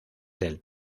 del